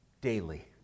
daily